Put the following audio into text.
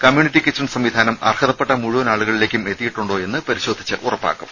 community kitchen സംവിധാനം അർഹതപ്പെട്ട മുഴുവൻ ആളുകളിലേക്കും എത്തിയിട്ടുണ്ടോ എന്ന് പരിശോധിച്ച് ഉറപ്പാക്കും